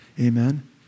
Amen